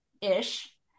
ish